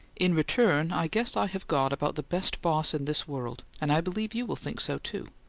in return i guess i have got about the best boss in this world and i believe you will think so too.